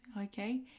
okay